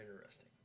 interesting